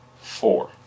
Four